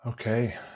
Okay